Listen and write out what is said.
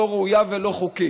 לא ראויה ולא חוקית,